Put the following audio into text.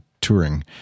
touring